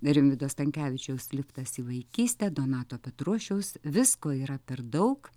rimvydo stankevičiaus liftas į vaikystę donato petrošiaus visko yra per daug